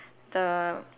the